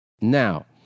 Now